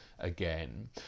again